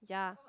yeah